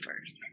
first